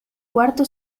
cuarto